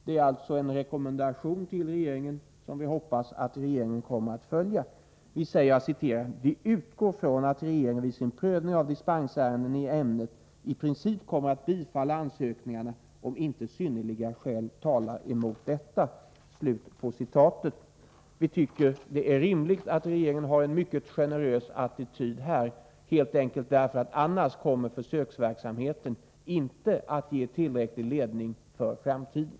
Det är alltså en rekommendation, som vi hoppas att regeringen kommer att följa: ”Vi utgår från att regeringen vid sin prövning av dispensärenden i ämnet i princip kommer att bifalla ansökningarna om inte synnerliga skäl talar emot detta.” Vi tycker att det är rimligt att regeringen här har en mycket generös attityd, helt enkelt därför att försöksverksamheten annars inte kommer att ge tillräcklig ledning för framtiden.